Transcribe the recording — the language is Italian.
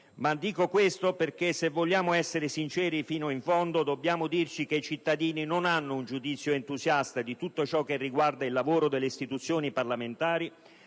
Dico questo perché, se vogliamo essere sinceri fino in fondo, dobbiamo dire che i cittadini non hanno un giudizio entusiasta di tutto ciò che riguarda il lavoro delle istituzioni parlamentari.